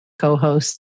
co-host